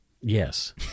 Yes